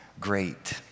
great